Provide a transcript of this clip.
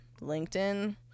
LinkedIn